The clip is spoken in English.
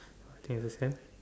okay understand